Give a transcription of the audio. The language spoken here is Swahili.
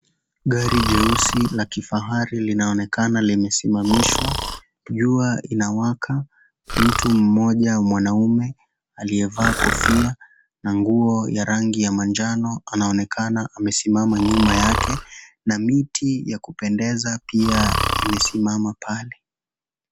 Gari jeusi la kifahari linaonekana limesimamishwa. Jua inawaka mtu mmoja mwanaume aliyevaa kofia na nguo ya rangi ya manjano anonekana amesimama nyuma yake na miti ya kupendeza pia imesimama pale.